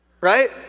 Right